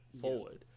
forward